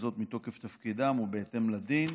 וזאת מתוקף תפקידם ובהתאם לדין.